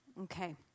Okay